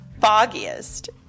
foggiest